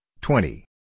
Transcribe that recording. twenty